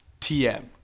TM